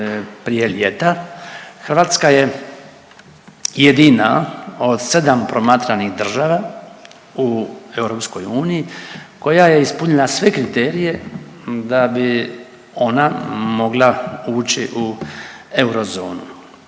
Hrvatska je jedina od 7 promatranih država u EU koja je ispunila sve kriterije da bi ona mogla ući u eurozonu.